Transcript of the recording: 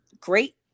great